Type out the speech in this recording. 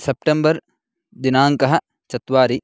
September दिनाङ्कः चत्वारि